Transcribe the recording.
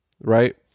right